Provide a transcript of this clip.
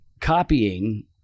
copying